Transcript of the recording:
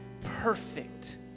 perfect